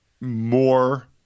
more